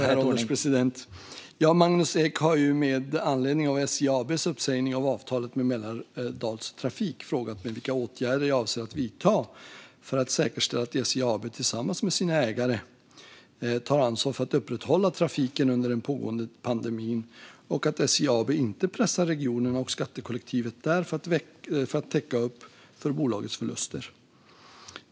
Herr ålderspresident! Magnus Ek har med anledning av SJ AB:s uppsägning av avtalet med Mälardalstrafik frågat mig vilka åtgärder jag avser att vidta för att säkerställa att SJ AB tillsammans med sina ägare tar ansvar för att upprätthålla trafiken under den pågående pandemin och att SJ AB inte pressar regionerna och skattekollektivet där att täcka upp för bolagets förluster.